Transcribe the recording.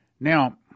Now